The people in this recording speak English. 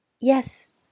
Yes